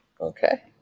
okay